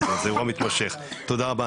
תודה רבה.